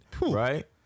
right